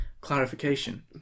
clarification